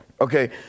Okay